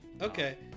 Okay